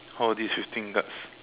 all this fifteen cards